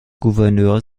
gouverneur